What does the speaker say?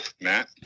Matt